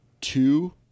two